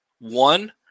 one